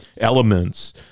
elements